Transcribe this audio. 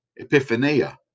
epiphania